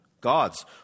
God's